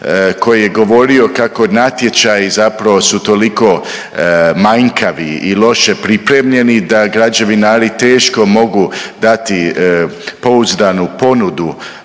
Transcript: koji je govorio kako natječaji zapravo su toliko manjkavi i loše pripremljeni da građevinari teško mogu dati pouzdanu ponudu